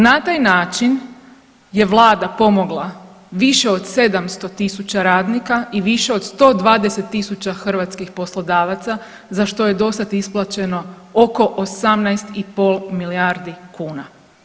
Na taj način je vlada pomogla više od 700.000 radnika i više od 120.000 hrvatskih poslodavaca za što je dosada isplaćeno oko 18,5 milijardi kuna.